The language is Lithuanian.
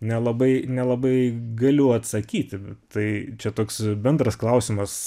nelabai nelabai galiu atsakyti tai čia toks bendras klausimas